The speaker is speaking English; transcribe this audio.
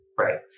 Right